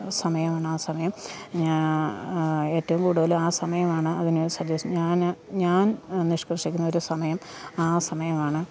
സമയമാണ് ആ സമയം ഞാൻ ഏറ്റവും കൂടുതൾ ആ സമയമാണ് അതിന് സജസ് ഞാൻ ഞാൻ നിഷ്കർഷിക്കുന്നൊരു സമയം ആ സമയമാണ്